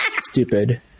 Stupid